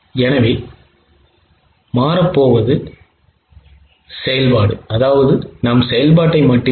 எனவே மாற்றப்போவது உங்கள் செயல்பாட்டை மட்டுமே